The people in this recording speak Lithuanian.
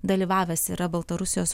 dalyvavęs yra baltarusijos